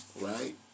right